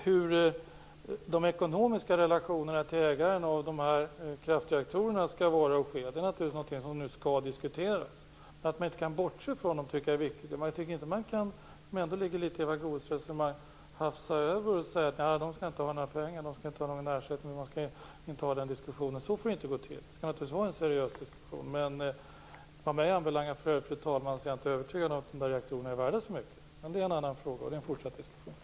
Hur de ekonomiska relationerna till ägaren av kraftreaktorerna skall vara är någonting som nu skall diskuteras. Att man inte kan bortse från dem tycker jag är viktigt. Jag tycker inte att man kan hafsa över frågan, vilket litet grand ligger i Eva Goës resonemang, och säga att de inte skall ha någon ersättning och att vi inte skall ta den diskussionen. Så får det inte gå till. Det skall naturligtvis vara en seriös diskussion. Jag är för övrigt, fru talman, inte övertygad om att reaktorerna är värda så mycket. Men det är en annan fråga. Det är en fortsatt diskussion.